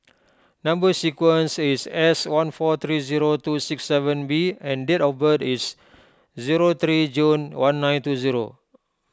Number Sequence is S one four three zero two six seven B and date of birth is zero three June one nine two zero